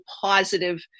positive